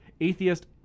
Atheist